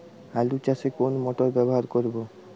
আলু চাষে কোন মোটর ব্যবহার করব?